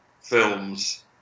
films